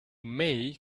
may